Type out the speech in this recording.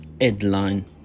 headline